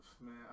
man